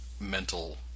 mental